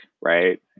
right